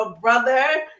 brother